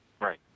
Right